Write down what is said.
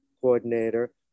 coordinator